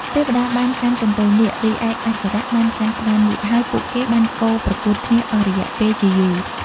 ទេវតាបានកាន់កន្ទុយនាគ រីឯអសុរៈបានកាន់ក្បាលនាគ ហើយពួកគេបានកូរប្រកួតគ្នាអស់រយៈពេលជាយូរ។